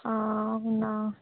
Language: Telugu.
అవునా